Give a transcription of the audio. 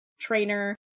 trainer